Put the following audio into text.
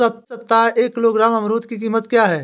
इस सप्ताह एक किलोग्राम अमरूद की कीमत क्या है?